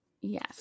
Yes